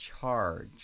charge